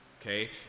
okay